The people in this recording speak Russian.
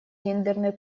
гендерной